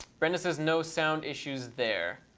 brenda says, no sound issues there.